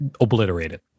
Obliterated